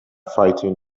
fighting